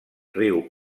riu